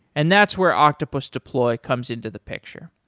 and that's where octopus deploy comes into the picture.